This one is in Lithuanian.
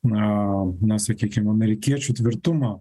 na na sakykim amerikiečių tvirtumą